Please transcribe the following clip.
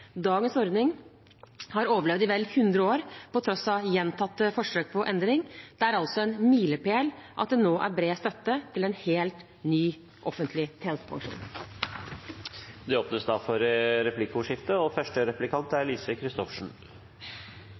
Dagens ordning har overlevd i vel 100 år, på tross av gjentatte forsøk på endring. Det er altså en milepæl at det nå er bred støtte til en helt ny offentlig tjenestepensjon. Det blir replikkordskifte. Mitt første